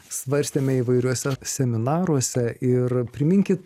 svarstėme įvairiuose seminaruose ir priminkit